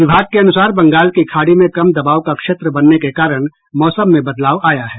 विभाग के अनुसार बंगाल की खाड़ी में कम दबाव का क्षेत्र बनने के कारण मौसम में बदलाव आया है